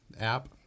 app